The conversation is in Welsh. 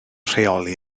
rheoli